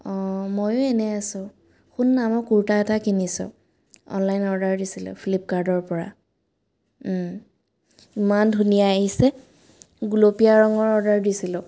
অঁ ময়ো এনেই আছোঁ শুন না মই কুৰ্তা এটা কিনিছোঁ অনলাইন অৰ্ডাৰ দিছিলোঁ ফ্লিপকাৰ্টৰ পৰা ইমান ধুনীয়া আহিছে গুলপীয়া ৰঙৰ অৰ্ডাৰ দিছিলোঁ